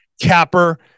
capper